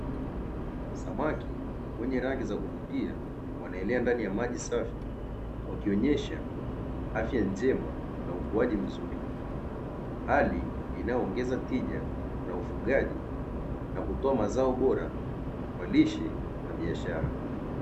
Samaki wenye rangi za kuvutia wanaelea ndani ya maji safi wakionesha afya njema na ukuaji mzuri. Hali inayoongeza tija na ufugaji na kutoa mazao bora kwa lishe na biashara.